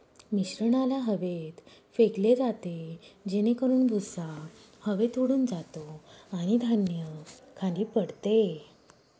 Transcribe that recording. मिश्रणाला हवेत फेकले जाते जेणेकरून भुसा हवेत उडून जातो आणि धान्य खाली पडते